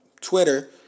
Twitter